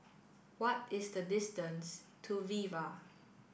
what is the distance to Viva